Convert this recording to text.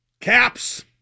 Caps